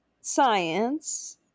science